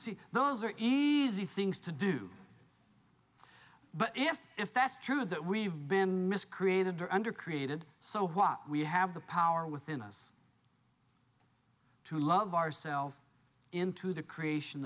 see those are easy things to do but if if that's true that we've been missed created or under created so what we have the power within us to love ourselves into the creation